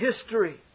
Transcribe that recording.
history